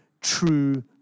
true